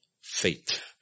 faith